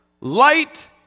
light